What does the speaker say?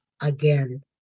again